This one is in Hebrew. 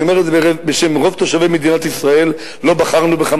אני אומר את זה בשם רוב תושבי מדינת ישראל: לא בחרנו בך,